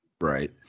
Right